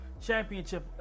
championship